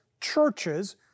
churches